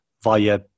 via